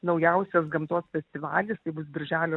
naujausias gamtos festivalis tai bus birželio